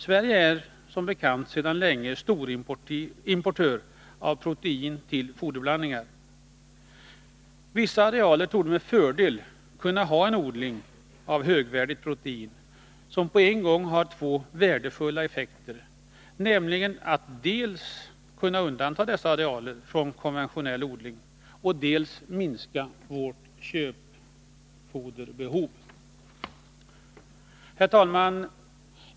Sverige är som bekant sedan länge storimportör av protein till foderblandningar. Vissa arealer torde med fördel kunna ha en odling av högvärdigt protein, som på en gång har två värdefulla effekter, nämligen att dels undanta dessa arealer från konventionell odling, dels minska vårt köpfoderbehov. Herr talman!